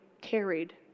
carried